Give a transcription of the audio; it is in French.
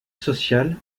social